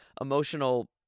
emotional